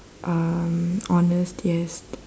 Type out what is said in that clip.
um honest yes